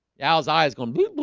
gals eyes gonna be